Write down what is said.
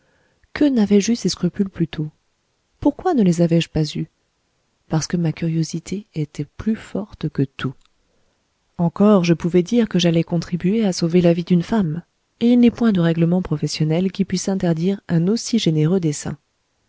n'avais-je eu ces scrupules plus tôt pourquoi ne les avais-je pas eus parce que ma curiosité était plus forte que tout encore je pouvais dire que j'allais contribuer à sauver la vie d'une femme et il n'est point de règlements professionnels qui puissent interdire un aussi généreux dessein